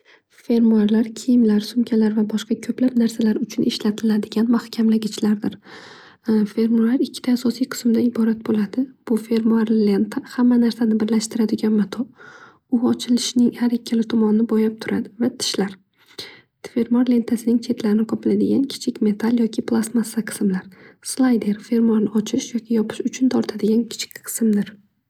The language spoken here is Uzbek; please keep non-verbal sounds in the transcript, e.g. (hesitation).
Fermoinlar kiyimlar, sumkalar va boshqa ko'plab narsalar uchun ishlatiladigan mahkamlagichlardir. (hesitation) Fermuar ikkita asosiy qismdan iborat bo'ladi. Bu fermuar lenta, hamma narsani birlashtiradigan mato. U ochilishining har ikkala tomonini bo'yab turadi. Va tishlar, fermuar lentasini chetlarini qoplab turadigan kichik metal yoki plasmassa qismlar. Slayder fermuarni ochish yoki yopish uchun tortadigan kichik qismdir.